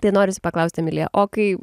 tai norisi paklaust emilija o kai